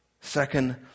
Second